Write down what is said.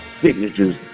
signatures